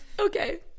okay